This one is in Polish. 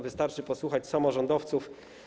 Wystarczy posłuchać samorządowców.